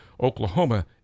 Oklahoma